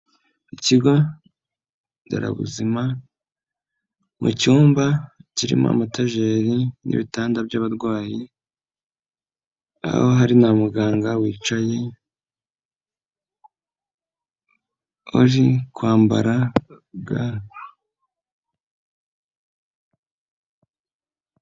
Ikigo nderabuzima mu cyumba kirimo amatajeri n'ibitanda by'abarwayi, aho hari na muganga wicaye, ari kwambara ga.